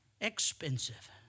expensive